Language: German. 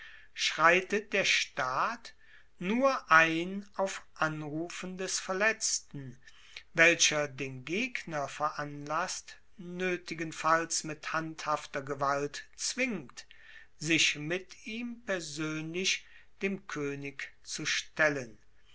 schreitet der staat nur ein auf anrufen des verletzten welcher den gegner veranlasst noetigenfalls mit handhafter gewalt zwingt sich mit ihm persoenlich dem koenig zu stellen